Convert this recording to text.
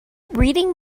reading